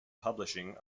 publishing